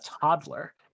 toddler